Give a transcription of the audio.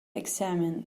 examined